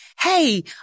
hey